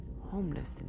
homelessness